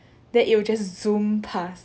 then it will just zoom pass